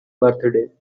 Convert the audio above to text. birthday